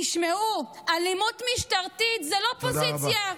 תשמעו, אלימות משטרתית זאת לא פוזיציה.